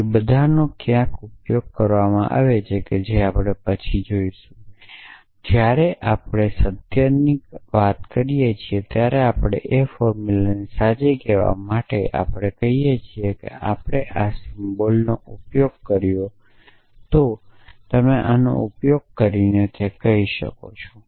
એ બધાનો ક્યાંક ઉપયોગ કરવામાં આવે છે જે આપણે પછીથી જોશું તેથી જ્યારે આપણે સત્યની કરીએ છીએ ત્યારે આપણે એ ફોર્મુલા ને સાચી કહેવા માટે આપણે કહીએ છીએ કે આપણે આ સિમ્બોલનો ઉપયોગ કર્યો તો તમે આનો ઉપયોગ કરીને તે કહી શકો છો